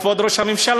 כבוד ראש הממשלה,